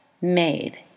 made